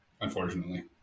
unfortunately